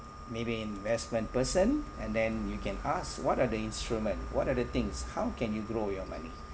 maybe investment person and then you can ask what are the instrument what are the things how can you grow your money